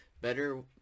Better